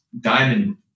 diamond